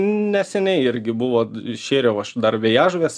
neseniai irgi buvo šėriau aš dar vejažuves